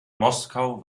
moskau